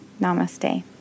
Namaste